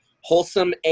wholesome